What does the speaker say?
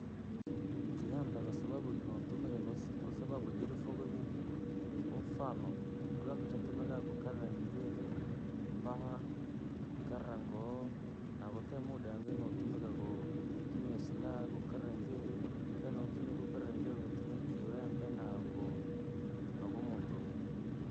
Kiwembee, kwasababu kinoutumika kusa kwasababu jinifokoo vii kuwa, mfanoo kiwembee chatumikaa kukeera njwiri, mpaha, kukara nguoo, na kwatite muda wingi nohutumikaa ku- kutumia silaha, kukara njwirii, tanutumika kukara njwirii kuutumia kiwembe na ku- nuku-.